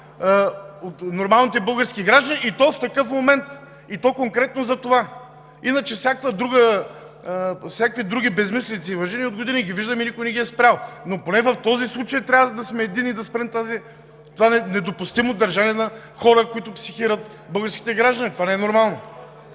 от нормалните български граждани, и то в такъв момент, и то конкретно за това. Иначе всякакви други безсмислици виждаме, от години ги виждаме и никой не ги е спрял. Но поне в този случай трябва да сме единни и да спрем това недопустимо държане на хора, които психират българските граждани. Това не е нормално!